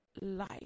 life